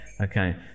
okay